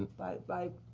by by